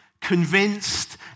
convinced